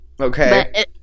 Okay